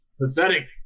Pathetic